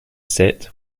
sit